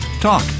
Talk